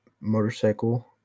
motorcycle